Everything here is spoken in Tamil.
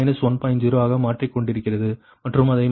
0 ஆக மாறிக்கொண்டிருக்கிறது மற்றும் அதை 1